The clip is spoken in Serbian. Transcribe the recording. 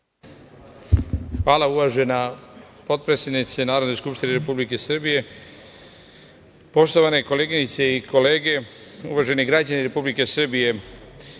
Hvala, uvažena potpredsednice Narodne skupštine Republike Srbije. Poštovane koleginice i kolege, uvaženi građani Republike Srbije,